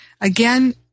Again